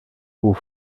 aux